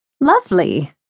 Lovely